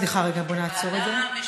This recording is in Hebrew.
סליחה רגע, בוא נעצור את זה.